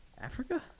Africa